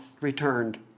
returned